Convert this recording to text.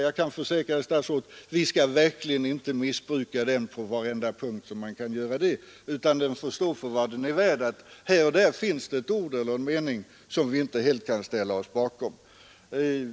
Jag kan försäkra herr statsrådet att vi inte skall missbruka det. Vi anser att det här och där i betänkandet finns ett ord eller en mening som vi inte helt kan ställa oss bakom.